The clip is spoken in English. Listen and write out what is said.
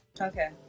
Okay